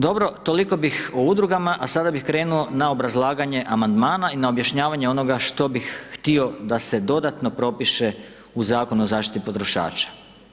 Dobro toliko bih o udrugama a sada bi krenuo na obrazlaganje amandmane i na objašnjavanje onoga što bih htio da se dodatno propiše u Zakonu o zaštita potrošača.